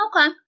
Okay